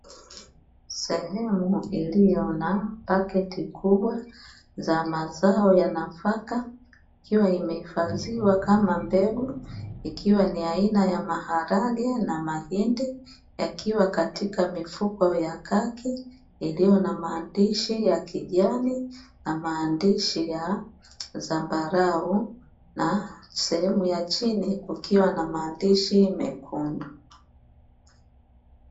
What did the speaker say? Sehemu iliyo na paketi kubwa za mazao ya nafaka, ikiwa imehifadhiwa kama mbegu. Ikiwa ni aina ya maharage na mahindi yakiwa katika mifuko ya khaki iliyo na maandishi ya kijani na maandishi ya zambarau, na sehemu ya chini ukiwa na maandishi mekundu.